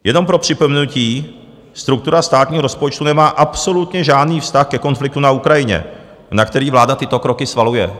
Jenom pro připomenutí struktura státního rozpočtu nemá absolutně žádný vztah ke konfliktu na Ukrajině, na který vláda tyto kroky svaluje.